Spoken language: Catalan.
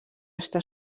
està